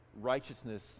righteousness